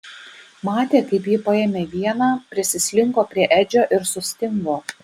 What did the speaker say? matė kaip ji paėmė vieną prisislinko prie edžio ir sustingo